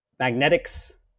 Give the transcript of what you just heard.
magnetics